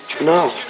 no